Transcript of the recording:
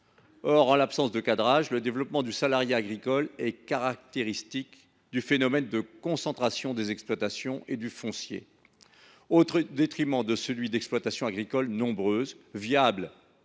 Or, en l’absence de cadrage, le développement du salariat agricole, caractéristique de la concentration tant des exploitations que du foncier, se fait au détriment de celui d’exploitations agricoles nombreuses, viables